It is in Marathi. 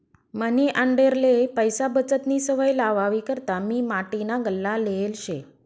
मनी आंडेरले पैसा बचतनी सवय लावावी करता मी माटीना गल्ला लेयेल शे